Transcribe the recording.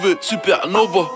supernova